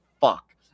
fuck